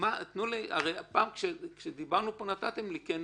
הרי כשדיברנו פה נתתם לי ממוצע.